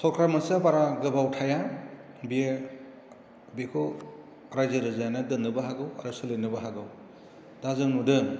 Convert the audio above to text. सरकार मोनसेया बारा गोबाव थाया बेओ बेखौ रायजो राजायानो दोन्नोबो हागौ आरो सोलायनोबो हागौ दा जों नुदों